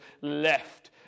left